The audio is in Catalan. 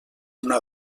una